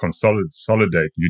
consolidate